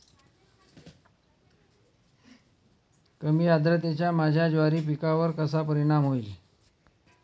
कमी आर्द्रतेचा माझ्या ज्वारी पिकावर कसा परिणाम होईल?